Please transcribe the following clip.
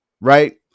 right